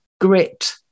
grit